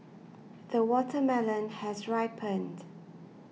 the watermelon has ripened